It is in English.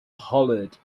hollered